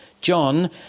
John